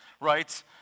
right